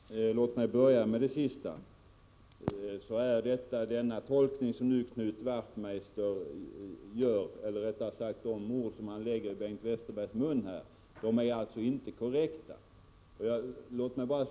Herr talman! Låt mig börja med det sista. De ord som Knut Wachtmeister nu lägger i Bengt Westerbergs mun är inte korrekta.